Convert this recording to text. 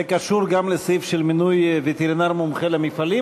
זה קשור גם לסעיף של מינוי וטרינר מומחה למפעלים,